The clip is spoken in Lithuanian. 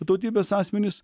tautybės asmenys